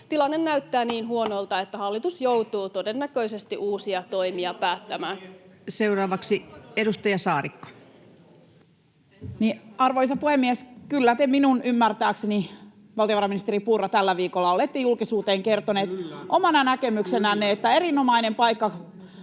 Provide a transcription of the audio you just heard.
tilanne näyttää niin huonolta, että hallitus joutuu todennäköisesti uusia toimia päättämään. [Antti Kurvisen välihuuto] Seuraavaksi edustaja Saarikko. Arvoisa puhemies! Kyllä te minun ymmärtääkseni, valtiovarainministeri Purra, tällä viikolla olette julkisuuteen kertoneet omana näkemyksenänne, että erinomainen paikka